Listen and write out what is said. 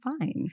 fine